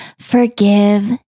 Forgive